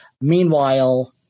Meanwhile